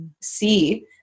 see